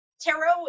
tarot